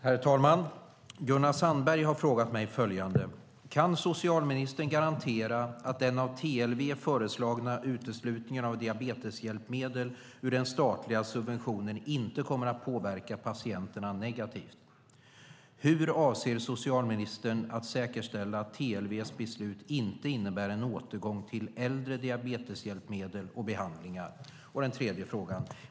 Herr talman! Gunnar Sandberg har frågat mig följande: Kan socialministern garantera att den av TLV föreslagna uteslutningen av diabeteshjälpmedel ur den statliga subventionen inte kommer att påverka patienterna negativt? Hur avser socialministern att säkerställa att TLV:s beslut inte innebär en återgång till äldre diabeteshjälpmedel och behandlingar?